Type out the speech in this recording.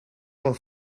pel